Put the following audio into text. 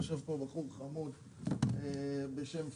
יושב פה בחור חמוד בשם פרידמן,